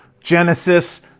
Genesis